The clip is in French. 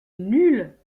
nulle